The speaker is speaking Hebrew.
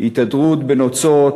היא התהדרות בנוצות